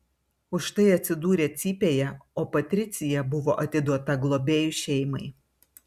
už tai atsidūrė cypėje o patricija buvo atiduota globėjų šeimai